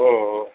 ஓ ஓ